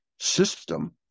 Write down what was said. system